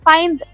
Find